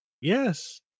yes